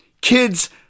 kids